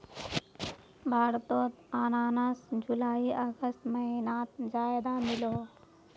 भारतोत अनानास जुलाई अगस्त महिनात ज्यादा मिलोह